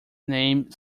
name